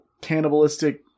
cannibalistic